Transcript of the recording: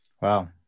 Wow